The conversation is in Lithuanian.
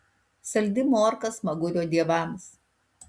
saldi morka smagurio dievams